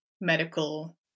medical